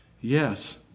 Yes